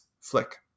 flick